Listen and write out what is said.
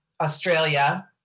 Australia